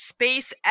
SpaceX